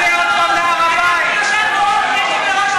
הם לא מסוגלים להכיל ולא מסוגלים להקשיב.